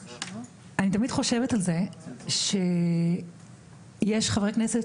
אני תמיד חושבת על כך שיש חברי כנסת